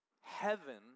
Heaven